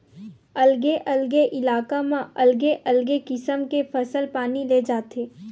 अलगे अलगे इलाका म अलगे अलगे किसम के फसल पानी ले जाथे